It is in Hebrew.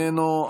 איננו,